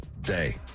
day